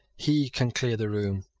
he can clear the room.